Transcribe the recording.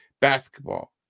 basketball